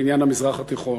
בעניין המזרח התיכון.